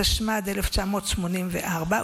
התשמ"ד 1984,